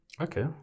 Okay